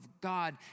God